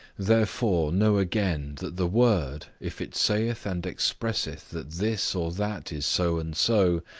therefore, know again, that the word, if it saith and expresseth that this or that is so and so,